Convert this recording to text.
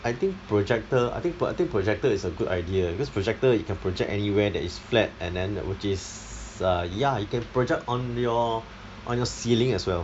I think projector I think pro~ projector is a good idea because projector you can project anywhere that is flat and then that which is err ya you can project on your on your ceiling as well